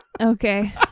Okay